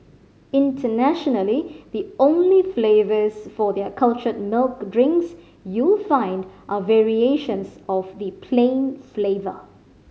internationally the only flavours for their cultured milk drinks you find are variations of the plain flavour